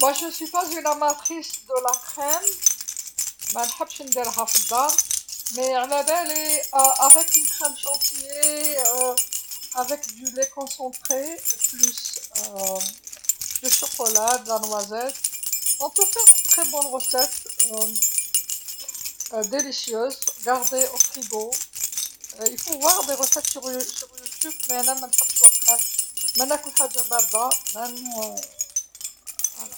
أنا لست من محبي المثلجات، مانحبش نديرها في الدار، لكن علابالي بكريمة الشونتيي مع الحليب المكثف بالإضافة إلى الشوكولاتة والبندق، يمكننا إعداد وصفة جيدة جدًا، لذيذة، محفوظة في الثلاجة، يجب أن مشاهدة الوصفات على على يوتيوب، ولكن انا مانحبش المثلجات، ماناكل حاجه بارده مان، هكذا.